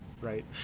right